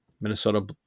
Minnesota